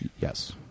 Yes